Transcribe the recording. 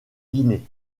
guinée